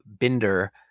binder